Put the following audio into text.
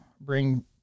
Bring